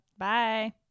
Bye